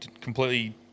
completely